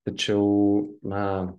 tačiau na